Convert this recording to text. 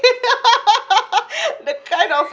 the kind of